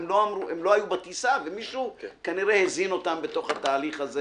הם לא היו בטיסה ומישהו כנראה הזין אותם בתוך התהליך הזה